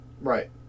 Right